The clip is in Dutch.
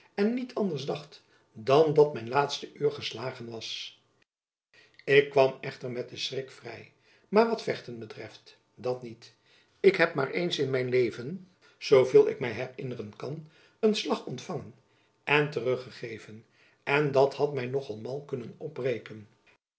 en niet anders dacht dan dat mijn laatste uur geslagen was jacob van lennep elizabeth musch ik kwam echter met den schrik vrij maar wat vechten betreft dat niet ik heb maar eens in mijn leven zoo veel ik my herinneren kan een slag ontfangen en terug gegeven en dat had my nog mal kunnen opbreken